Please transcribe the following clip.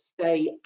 stay